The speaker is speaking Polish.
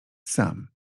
sam